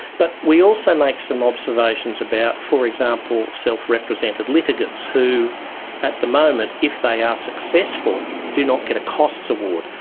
but we also make some observations about, for example, self-represented litigants who at the moment, if they are ah successful, do not get a costs award.